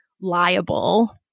liable